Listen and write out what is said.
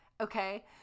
Okay